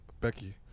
Becky